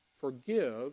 forgive